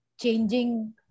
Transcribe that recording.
changing